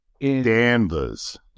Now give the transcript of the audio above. Danvers